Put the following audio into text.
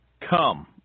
Come